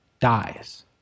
dies